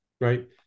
right